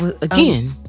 again